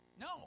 no